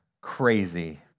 crazy